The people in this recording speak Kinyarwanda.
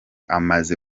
amaze